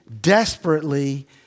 desperately